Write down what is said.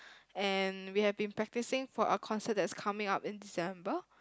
and we have been practising for a concert that's coming out in December